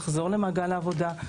למעגל העבודה,